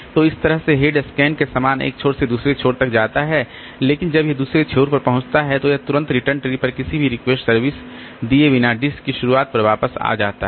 तो इस तरह से हेड SCAN के समान एक छोर से दूसरे छोर तक जाता है लेकिन जब यह दूसरे छोर पर पहुंचता है तो यह तुरंत रिटर्न ट्रिप पर किसी भी रिक्वेस्ट सर्विस दिए बिना डिस्क की शुरुआत पर वापस आ जाता है